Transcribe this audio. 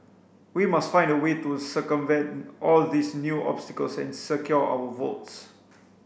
we must find a way to circumvent all these new obstacles and secure our votes